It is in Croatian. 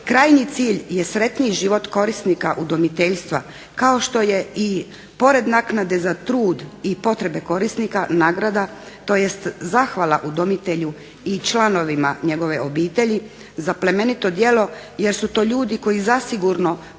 Krajnji cilj je sretniji život korisnika udomiteljstva kao što je i pored naknade za trud i potrebe korisnika nagrada, tj. zahvala udomitelju i članovima njegove obitelji za plemenito djelo, jer su to ljudi koji zasigurno